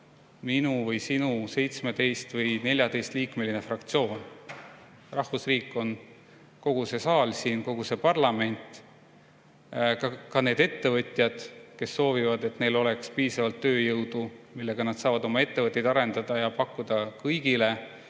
minu või sinu 17- või 14-liikmeline fraktsioon. Rahvusriik on kogu see saal siin, kogu see parlament, ka need ettevõtjad, kes soovivad, et neil oleks piisavalt tööjõudu, millega nad saavad oma ettevõtteid arendada ja pakkuda kõigile